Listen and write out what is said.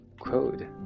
code